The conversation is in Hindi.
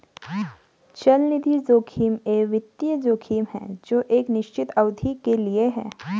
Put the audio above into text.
चलनिधि जोखिम एक वित्तीय जोखिम है जो एक निश्चित अवधि के लिए है